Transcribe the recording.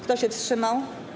Kto się wstrzymał?